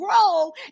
grow